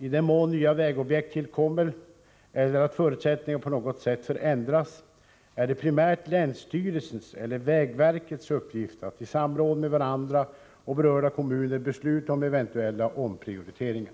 I den mån nya vägobjekt tillkommer eller förutsättningarna på något sätt ändras, är det primärt länsstyrelsens eller vägverkets uppgift att i samråd med varandra och berörda kommuner besluta om eventuella omprioriteringar.